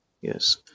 Yes